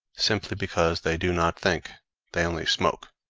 simply because they do not think they only smoke,